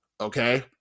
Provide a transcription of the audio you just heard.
okay